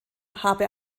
habe